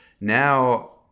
now